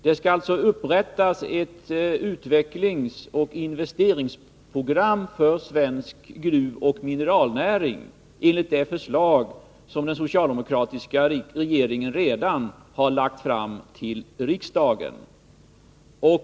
Det skall alltså upprättas ett utvecklingsoch investeringsprogram för svensk gruvoch mineralnäring enligt det förslag som den socialdemokratiska regeringen redan har lagt fram i riksdagen.